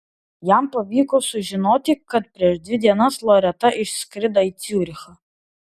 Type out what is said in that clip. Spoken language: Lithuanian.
jam pavyko sužinoti kad prieš dvi dienas loreta išskrido į ciurichą